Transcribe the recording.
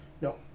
No